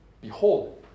behold